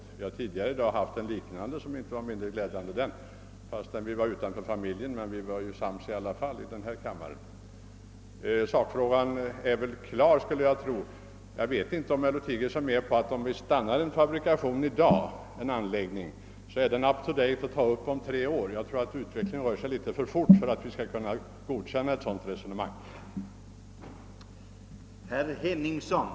Vi har tidigare i dag haft en liknande erfarenhet som inte var mindre glädjande. Det var visserligen utanför familjen men vi var i alla fall sams i denna kammare. Jag skulle förmoda att själva sakfrågan är klar. Om man stoppar en anläggning och utveckling i dag — herr Lothigius — och startar den igen om tre år kommer den inte att vara up to date. Utvecklingen rör sig för fort för att ett sådant resonemang skulle vara hållbart och därför kan vi inte godkänna det.